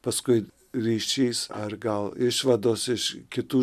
paskui ryšys ar gal išvados iš kitų